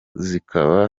zikaba